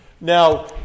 Now